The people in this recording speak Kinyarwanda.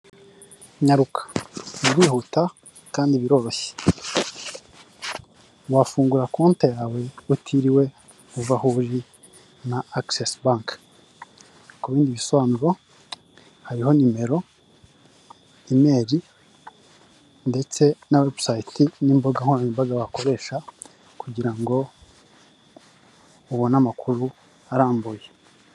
Nyaruka birihuta kandi biroroshye wafungura konte yawe utiriwe uva aho uri na agisesi banke, kubindi bisobanuro hariho nimero, emeli ndetse na webusayiti n'imbuga nkoranyambaga wakoresha kugira ngo ubone amakuru arambuye.